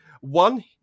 one